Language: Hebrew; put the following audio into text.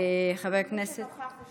חבר הכנסת, לא צריך להקריא, אין פה אף אחד.